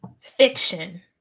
Fiction